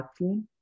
smartphone